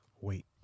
Wait